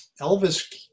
Elvis